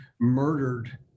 murdered